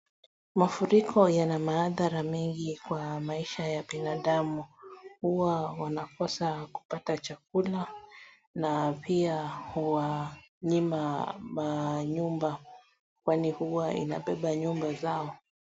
Mafuriko yana maadhara mengi kwa maisha ya binadamu. Hua wanakosa kupata chakula na pia huwanyima manyumba kwani huwa inabeba nyumba zao.